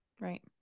right